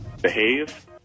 behave